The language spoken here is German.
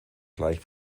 gleich